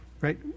Right